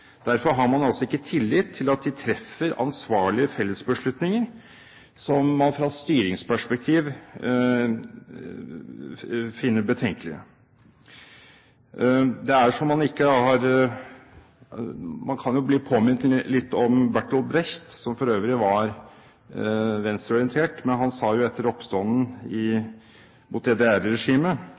Derfor har man altså ikke tillit til at de treffer ansvarlige fellesbeslutninger, som man fra styringsperspektiv finner betenkelig. Man kan jo bli påminnet litt om Bertolt Brecht, som for øvrig var venstreorientert. Men han sa jo etter oppstanden mot